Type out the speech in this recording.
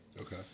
okay